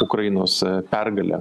ukrainos pergalę